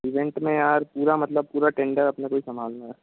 present में यार पूरा मतलब पूरा टेंडर अपने को ही संभालना है